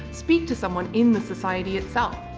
speak to someone in the society itself.